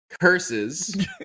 curses